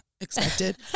Expected